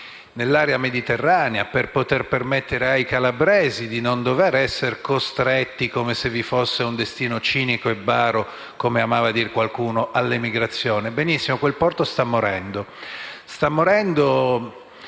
nell'area mediterranea, per poter permettere ai calabresi di non dovere essere costretti - come se vi fosse un destino cinico e baro, come amava dire qualcuno - all'emigrazione. Ebbene, quel porto sta morendo